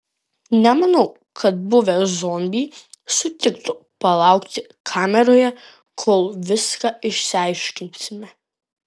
nemanau kad buvę zombiai sutiktų palaukti kameroje kol viską išsiaiškinsime